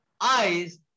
eyes